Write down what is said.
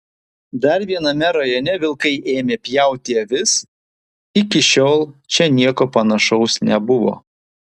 dar viename rajone vilkai ėmė pjauti avis iki šiol čia nieko panašaus nebuvo